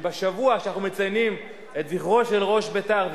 שבשבוע שאנחנו מציינים את זכרו של ראש בית"ר,